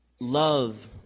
love